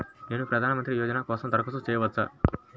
నేను ప్రధాన మంత్రి యోజన కోసం దరఖాస్తు చేయవచ్చా?